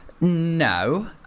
No